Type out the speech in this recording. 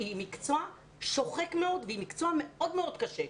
היא מקצוע שוחק מאוד והיא מקצוע מאוד מאוד קשה.